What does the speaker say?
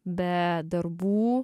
be darbų